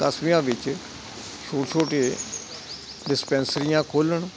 ਕਸਬਿਆਂ ਵਿੱਚ ਛੋਟੇ ਛੋਟੇ ਡਿਸਪੈਂਸਰੀਆਂ ਖੋਲ੍ਹਣ